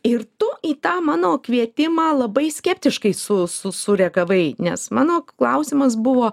ir tu į tą mano kvietimą labai skeptiškai su su sureagavai nes mano klausimas buvo